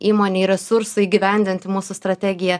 įmonėj resursų įgyvendinti mūsų strategiją